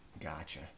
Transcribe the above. Gotcha